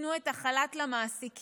שייתנו את החל"ת למעסיקים